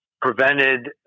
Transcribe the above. prevented